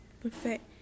perfect